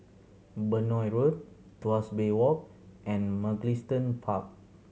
Benoi Road Tuas Bay Walk and Mugliston Park